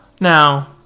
Now